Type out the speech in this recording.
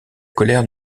colère